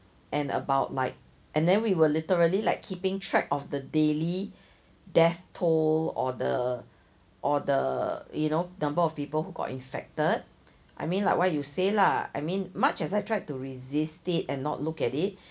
and about like and then we were literally like keeping track of the daily death toll or the or the you know number of people who got infected I mean like what you say lah I mean much as I tried to resist it and not look at it